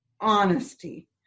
honesty